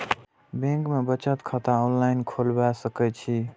Bank में बचत खाता ऑनलाईन खोलबाए सके छी?